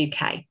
UK